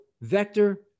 vector